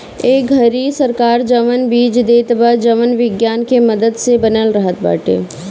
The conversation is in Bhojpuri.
ए घरी सरकार जवन बीज देत बा जवन विज्ञान के मदद से बनल रहत बाटे